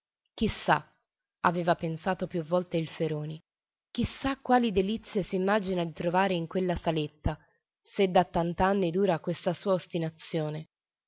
sa aveva pensato più volte il feroni chi sa quali delizie s'immagina di trovare in quella saletta se da tant'anni dura questa sua ostinazione